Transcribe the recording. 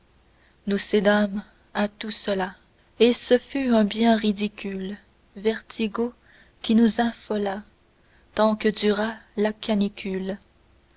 nous cédâmes à tout cela et ce fut un bien ridicule vertigo qui nous affola tant que dura la canicule